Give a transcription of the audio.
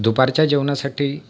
दुपारच्या जेवणासाठी